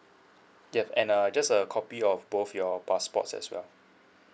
yup and a just a copy of both your passports as well